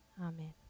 Amen